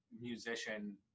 musician